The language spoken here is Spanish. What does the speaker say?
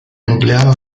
empleaba